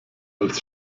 als